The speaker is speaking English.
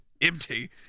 empty